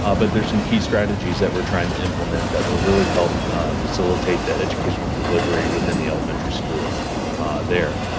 ah but there's some key strategies that we're trying to implement that will really help facilitate the educational delivery within the elementary school there.